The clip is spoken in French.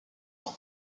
ans